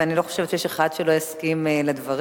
ואני לא חושבת שיש אחד שלא יסכים לדברים.